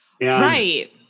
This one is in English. Right